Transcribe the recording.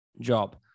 job